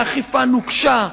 ואכיפה נוקשה,